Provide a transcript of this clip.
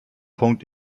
punkt